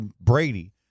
Brady